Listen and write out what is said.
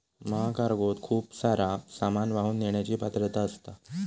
महाकार्गोत खूप सारा सामान वाहून नेण्याची पात्रता असता